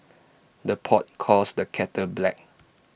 the pot calls the kettle black